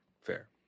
fair